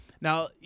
Now